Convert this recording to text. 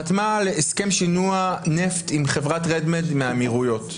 חתמה על הסכם שינוע נפט עם חברת Red-Med מהאמירויות,